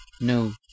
No